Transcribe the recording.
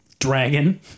dragon